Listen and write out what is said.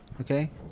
Okay